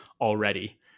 already